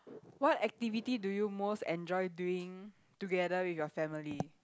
what activity do you most enjoy doing together with your family